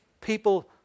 people